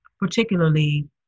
particularly